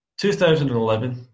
2011